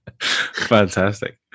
fantastic